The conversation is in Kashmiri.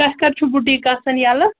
تۄہہِ کَر چھُو بُٹیٖک آسان یَلہٕ